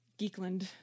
geekland